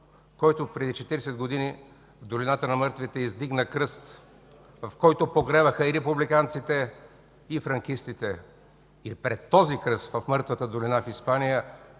който преди 40 години в Долината на мъртвите издигна кръст, в който погребаха и републиканците, и франкистите. Пред този кръст в Мъртвата долина в Испания